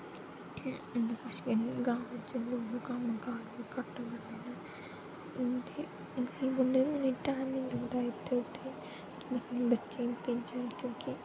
इंदे पास ग्रां बिच्च लोकें दा कम्म काज घट होंदा बच्चें गी भेजी ओड़दे इन्ना टैम निं लगदा कि इधर उधर अपने बच्चें गी भेजन कि